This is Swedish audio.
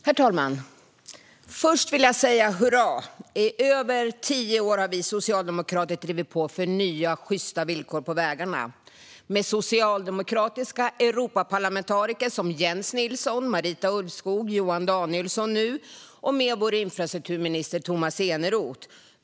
Herr talman! Först vill jag säga: Hurra! I över tio år har vi socialdemokrater drivit på för nya, sjysta villkor på vägarna. Det har vi gjort med hjälp av socialdemokratiska Europaparlamentariker som Jens Nilsson, Marita Ulvskog och nu Johan Danielsson, samt med vår infrastrukturminister Tomas Eneroth.